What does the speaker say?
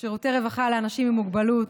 שירותי רווחה לאנשים עם מוגבלות,